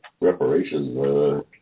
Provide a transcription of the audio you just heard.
reparations